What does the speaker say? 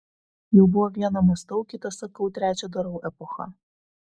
jau buvo viena mąstau kita sakau trečia darau epocha